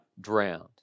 drowned